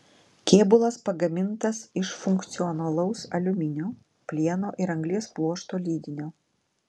kėbulas pagamintas iš funkcionalaus aliuminio plieno ir anglies pluošto lydinio